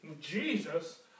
Jesus